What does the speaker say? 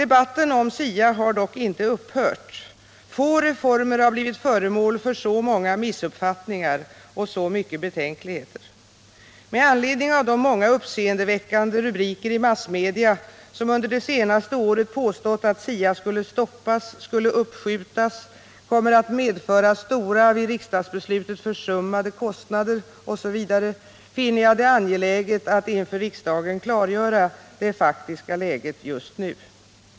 Debatten om SIA har dock inte upphört. Få reformer har blivit föremål för så många missuppfattningar och så mycket betänkligheter. Med anledning av de många uppseendeväckande rubriker i massmedia som under det senaste året påstått att SIA skulle stoppas, skulle uppskjutas, kommer att medföra stora, vid riksdagsbeslutet försummade, kostnader osv. finner jag det angeläget att inför riksdagen klargöra det faktiska läget just nu.